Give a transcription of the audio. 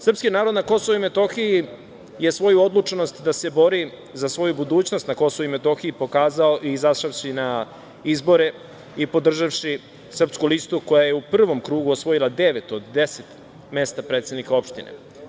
Srpski narod na Kosovu i Metohiji je svoju odlučnost da se bori za svoju budućnost na KiM pokazao izašavši na izbore i podžavši Srpsku listu koja je u prvom krugu osvojila devet od deset mesta predsednika opštine.